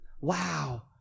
wow